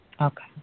Okay